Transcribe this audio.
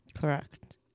Correct